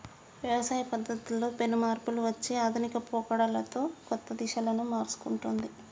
వ్యవసాయ పద్ధతుల్లో పెను మార్పులు వచ్చి ఆధునిక పోకడలతో కొత్త దిశలను మర్సుకుంటొన్ది